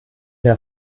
der